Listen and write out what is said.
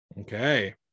okay